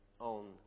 on